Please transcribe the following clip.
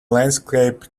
landscape